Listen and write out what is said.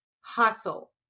hustle